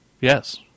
Yes